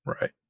Right